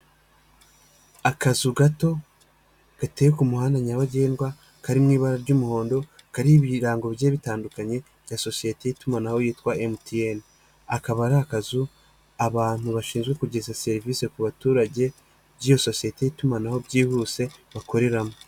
Akazu gato gateye ku muhanda nyabagendwa kari mu ibara ry'umuhondo kariho ibirango bigiye bitandukanye bya sosiyete y'itumanaho yitwa MTN, akaba ari akazu abantu bashinzwe kugeza serivisi ku baturage by'iyo sosiyete y'itumanaho byihuse bakoreramo.